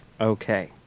Okay